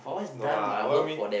no lah what you mean